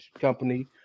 company